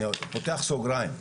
אני פותח סוגריים,